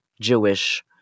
Jewish